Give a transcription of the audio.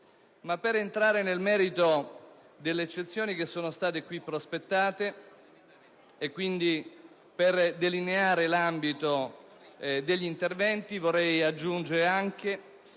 Per entrare nel merito delle eccezioni che sono state qui prospettate e, quindi, per delineare l'ambito degli interventi, vorrei aggiungere anche